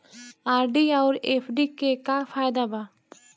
RD आउर FD के का फायदा बा?